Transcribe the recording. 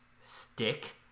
stick